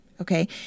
okay